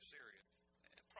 Syria